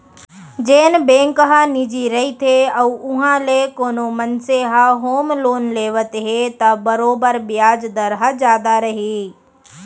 जेन बेंक ह निजी रइथे अउ उहॉं ले कोनो मनसे ह होम लोन लेवत हे त बरोबर बियाज दर ह जादा रही